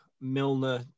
Milner